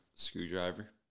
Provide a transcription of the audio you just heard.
Screwdriver